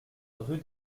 rue